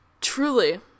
Truly